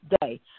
day